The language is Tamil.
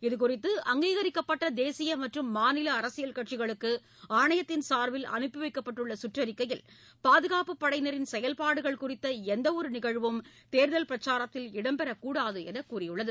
இதுகுறித்து அங்கீகரிக்கப்பட்ட தேசிய மற்றும் மாநில அரசியல் கட்சிகளுக்கு ஆணையத்தின் சா்பில் அனுப்பி வைக்கப்பட்டுள்ள சுற்றிக்கையில் பாதுகாப்பு படையினரின் செயல்பாடுகள் சுறித்த எந்தவொரு நிகழ்வும் தேர்தல் பிரச்சாரத்தில் இடம்பெறக்கூடாது என்று கூறியுள்ளது